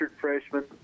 freshman